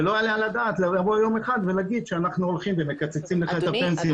ולא ייתכן לבוא יום אחד ולומר: אנחנו מקצצים לך את הפנסיה.